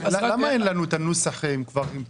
למה אין לנו את הנוסח עם תיקונים?